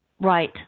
right